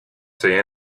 say